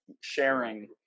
sharing